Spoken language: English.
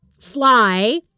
Fly